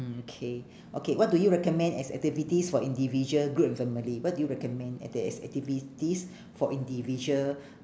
mm K okay what do you recommend as activities for individual group and family what do you recommend at the as~ activities for individual